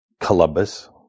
Columbus